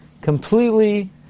completely